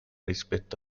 rispetto